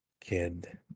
kid